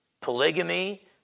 polygamy